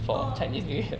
orh